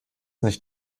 nicht